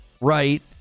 Right